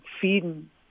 feeding